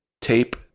tape